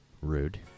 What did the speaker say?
Rude